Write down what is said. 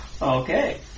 Okay